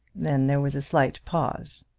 then there was a slight pause.